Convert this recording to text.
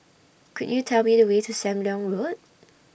Could YOU Tell Me The Way to SAM Leong Road